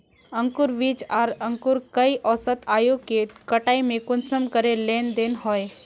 अंकूर बीज आर अंकूर कई औसत आयु के कटाई में कुंसम करे लेन देन होए?